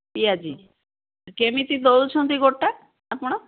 ପିଆଜି କେମିତି ଦେଉଛନ୍ତି ଗୋଟା ଆପଣ